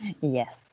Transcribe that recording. Yes